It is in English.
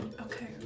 Okay